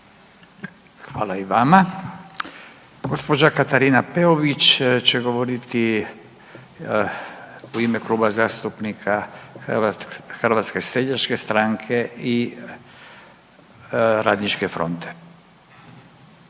Hvala i vama. Gospođa Katarina Peović će govoriti u ime Kluba zastupnika Hrvatske seljačke stranke i Radničke fronte.